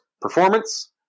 performance